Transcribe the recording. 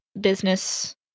business